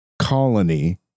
colony